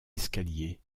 escaliers